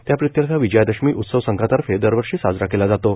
त्या प्रित्यर्थ विजयादशमी उत्सव संघातर्फे दरवर्षी साजरा केला जातो